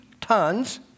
tons